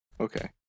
okay